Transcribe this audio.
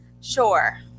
Sure